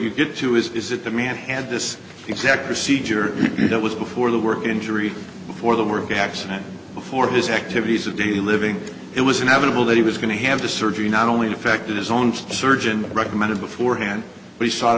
you get to is is that the man had this exact procedure that was before the work injury before the work accident before his activities of daily living it was inevitable that he was going to have the surgery not only affected his own surgeon recommended beforehand but he